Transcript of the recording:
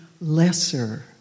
lesser